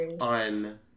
on